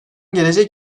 gelecek